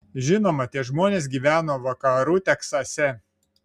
žinoma tie žmonės gyveno vakarų teksase